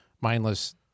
mindless